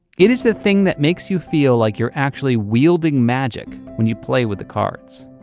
it is the thing that makes you feel like you're actually wielding magic when you play with the cards.